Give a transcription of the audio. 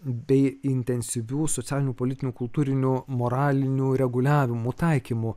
bei intensyvių socialinių politinių kultūrinių moralinių reguliavimų taikymu